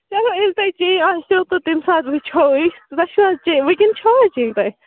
چلو ییٚلہِ تۄہہِ چیٚنۍ آسٮ۪و تہٕ تَمہِ ساتہٕ وُچھو أسۍ وۅنۍ چھُوا حظ تُہۍ وُنکٮ۪ن چھَوا چیٚنۍ تۄہہِ